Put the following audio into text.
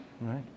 Right